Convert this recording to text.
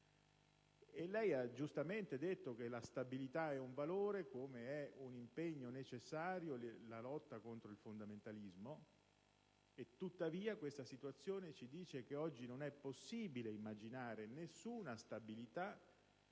Lei ha giustamente detto che la stabilità è un valore, come è un impegno necessario la lotta contro il fondamentalismo. Tuttavia, questa situazione ci dice che oggi non è possibile immaginare nessuna stabilità